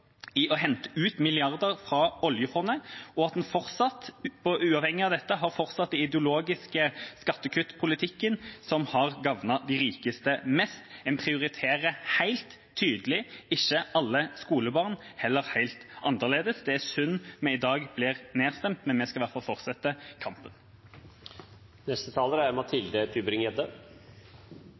i å hente ut milliarder fra oljefondet, og som uavhengig av dette har fortsatt den ideologiske skattekuttpolitikken som har gagnet de rikeste mest. En prioriterer helt tydelig ikke alle skolebarn – heller helt annerledes. Det er synd at vi blir nedstemt i dag, men vi skal i hvert fall fortsette